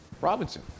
Robinson